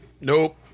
Nope